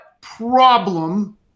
problem